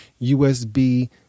usb